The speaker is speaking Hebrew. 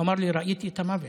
הוא אמר לי: ראיתי את המוות,